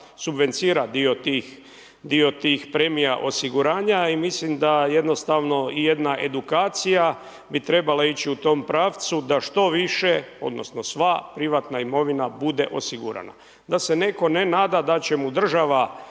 subvencionira dio tih premija osiguranja. I mislim da jednostavno i jedna edukacija bi trebala ići u tom pravcu da što više, odnosno sva privatna imovina bude osigurana. Da se netko ne nada da će mu država,